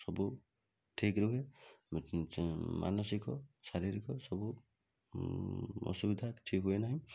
ସବୁ ଠିକ୍ ରହେ ମାନସିକ ଶାରୀରିକ ସବୁ ଅସୁବିଧା କିଛି ହୁଏ ନାହିଁ